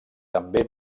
també